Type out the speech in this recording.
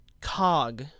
cog